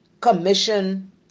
commission